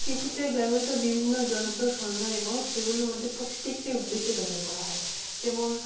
কৃষিতে ব্যবহৃত বিভিন্ন যন্ত্র সরঞ্জাম এবং সেগুলির মধ্যে প্রত্যেকটির উদ্দেশ্যে ব্যবহার করা হয় যেমন